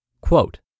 quote